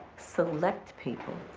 select people.